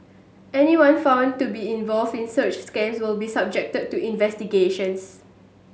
anyone found to be involved in such scams will be subjected to investigations